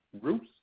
groups